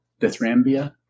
Dithrambia